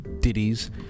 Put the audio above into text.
ditties